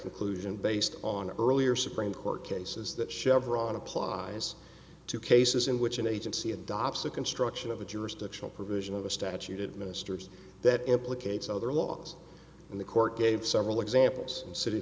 conclusion based on earlier supreme court cases that chevron applies to cases in which an agency adopts the construction of a jurisdictional provision of a statute of ministers that implicates other laws in the court gave several examples in city